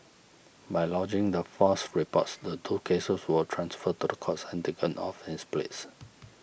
by lodging the false reports the two cases were transferred to the courts and taken off his place